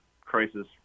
crisis